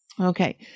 Okay